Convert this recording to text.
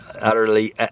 utterly